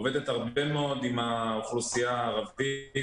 עובדת הרבה מאוד עם האוכלוסייה הערבית,